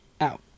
out